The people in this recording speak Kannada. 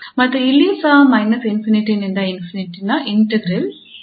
ಮತ್ತು ಇಲ್ಲಿಯೂ ಸಹ −∞ ನಿಂದ ∞ ನ ಇಂಟಿಗ್ರಾಲ್ |𝑓𝛼|2